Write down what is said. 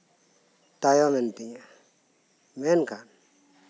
ᱛᱟᱭᱚᱢ ᱮᱱ ᱛᱤᱧᱟᱹ ᱢᱮᱱᱠᱷᱟᱱ